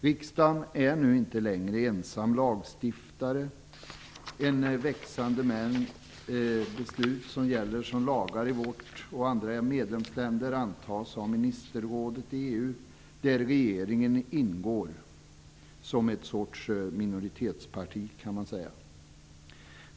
Riksdagen är inte längre ensam lagstiftare. En växande mängd beslut som gäller som lagar i vårt land och i andra medlemsländer antas av ministerrådet i EU, där regeringen ingår som en sorts minoritetsparti.